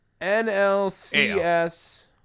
NLCS